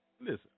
listen